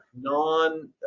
non